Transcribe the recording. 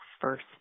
First